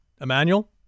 Emmanuel